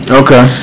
okay